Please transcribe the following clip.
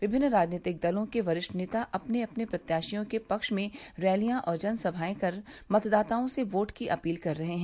विभिन्न राजनीतिक दलों के वरिष्ठ नेता अपने अपने प्रत्याशियों के पक्ष में रैलियां और जन सभायें कर मतदाताओं से योट की अपील कर रहे हैं